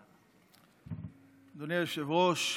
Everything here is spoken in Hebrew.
אדוני היושב-ראש,